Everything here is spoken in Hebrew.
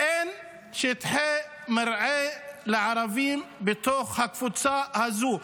אין שטחי מרעה לערבים בתוך הקבוצה הזו.